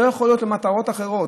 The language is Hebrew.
זה לא יכול להיות למטרות אחרות.